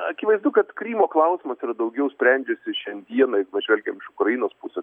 akivaizdu kad krymo klausimas yra daugiau sprendžiasi šiandieną jeigu pažvelgiam iš ukrainos pusės